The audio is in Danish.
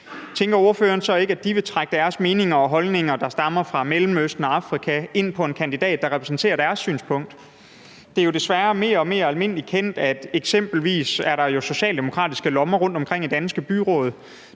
tænker ordføreren så ikke, at de vil føre deres meninger og holdninger, der stammer fra Mellemøsten og Afrika, over på en kandidat, der repræsenterer deres synspunkt? Det er jo desværre mere og mere almindelig kendt, at der eksempelvis er socialdemokratiske lommer rundtomkring i danske byråd,